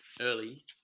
early